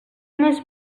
més